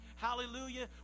Hallelujah